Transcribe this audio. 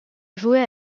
jouait